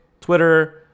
Twitter